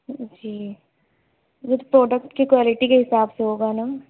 جی ود پروڈکٹ کی کوالٹی کے حساب سے ہوگا نا